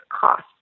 cost